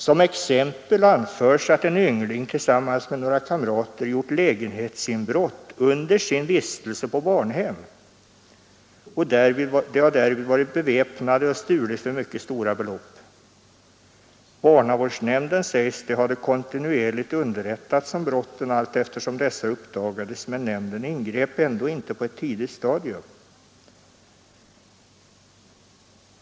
Som ett exempel anfördes att en yngling tillsammans med några kamrater gjort lägenhetsinbrott under sin vistelse på barnhem. De hade därvid varit beväpnade och stulit för mycket stora belopp. Barnavårdsnämnden hade kontinuerligt underrättats om brotten allteftersom dessa uppdagades. Men nämnden ingrep ändå inte på ett tidigt stadium.